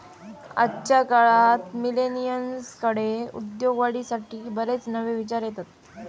आजच्या काळात मिलेनियल्सकडे उद्योगवाढीसाठी बरेच नवे विचार येतत